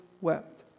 wept